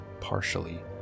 partially